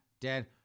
dead